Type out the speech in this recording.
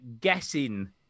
guessing